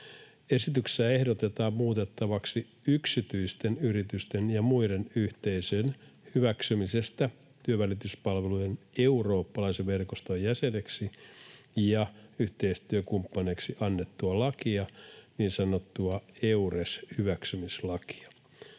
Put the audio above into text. Esityksessä ehdotetaan muutettavaksi yksityisten yritysten ja muiden yhteisöjen hyväksymisestä työnvälityspalvelujen eurooppalaisen verkoston jäseneksi ja yhteistyökumppaneiksi annettua lakia, niin sanottua Eures-hyväksymislakia.